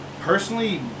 Personally